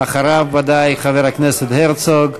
אחריו, ודאי, חבר הכנסת הרצוג,